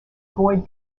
avoid